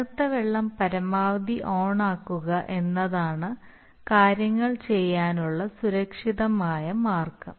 തണുത്ത വെള്ളം പരമാവധി ഓണാക്കുക എന്നതാണ് കാര്യങ്ങൾ ചെയ്യാനുള്ള സുരക്ഷിതമായ മാർഗം